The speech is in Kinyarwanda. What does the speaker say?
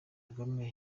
kagame